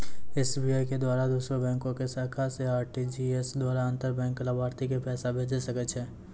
SBI के द्वारा दोसरो बैंको के शाखा से आर.टी.जी.एस द्वारा अंतर बैंक लाभार्थी के पैसा भेजै सकै छै